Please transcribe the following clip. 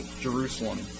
Jerusalem